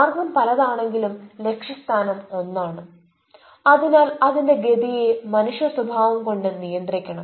മാർഗം പലത് ആണെങ്കിലും ലക്ഷ്യസ്ഥാനം ഒന്നാണ് അതിനാൽ അതിന്റെ ഗതിയെ മനുഷ്യ സ്വഭാവം കൊണ്ട് നിയന്ത്രിക്കണം